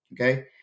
Okay